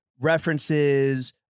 references